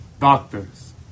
doctors